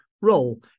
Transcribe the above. role